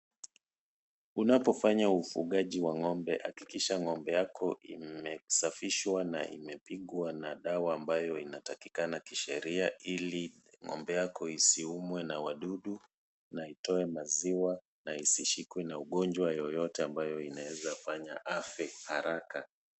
Unapofanya ufugaji wa ng'ombe hakikisha ng'ombe yako imesafishwa na imepigwa na dawa ambayo inatakikana kisheria ili ng'ombe yako isiumwe na wadudu na itoe maziwa na isishikwe na ugonjwa yoyote ambayo inaezafanya afe haraka.